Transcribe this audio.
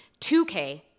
2K